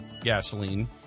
gasoline